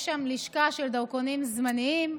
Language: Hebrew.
יש שם לשכה של דרכונים זמניים.